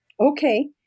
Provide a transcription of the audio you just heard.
Okay